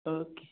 okay